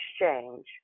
exchange